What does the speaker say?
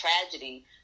tragedy